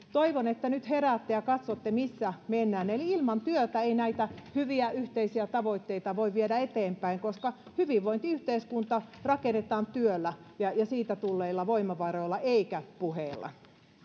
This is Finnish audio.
toivon että nyt heräätte ja katsotte missä mennään ilman työtä ei näitä hyviä yhteisiä tavoitteita voi viedä eteenpäin koska hyvinvointiyhteiskunta rakennetaan työllä ja siitä tulleilla voimavaroilla eikä puheella